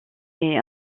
est